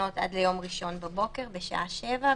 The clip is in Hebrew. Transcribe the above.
התקנות עד ליום ראשון בבוקר בשעה 07:00,